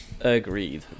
Agreed